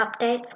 updates